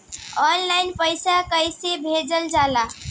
Online पैसा कैसे भेजल जाला?